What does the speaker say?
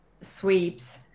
sweeps